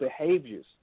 behaviors